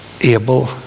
able